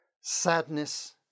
sadness